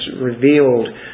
revealed